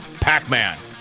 Pac-Man